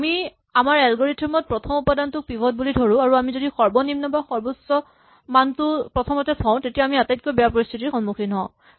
আমি আমাৰ এলগৰিথম ত প্ৰথম উপাদানটোক পিভট বুলি ধৰো আৰু আমি যদি সৰ্বনিম্ন বা সৰ্বোচ্চ মানটো প্ৰথমতে থওঁ তেতিয়া আমি আটাইতকৈ বেয়া পৰিস্হিতিৰ সন্মূখীন হ'ম